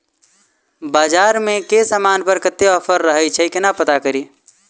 बजार मे केँ समान पर कत्ते ऑफर रहय छै केना पत्ता कड़ी?